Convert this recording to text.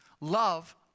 Love